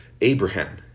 Abraham